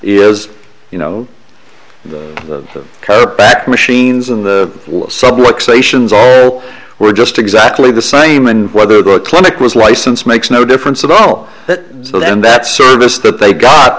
is you know the back machines in the subway stations all were just exactly the same and whether growth clinic was license makes no difference at all that then that service that they got